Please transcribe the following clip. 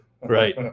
Right